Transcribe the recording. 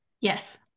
Yes